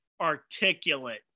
articulate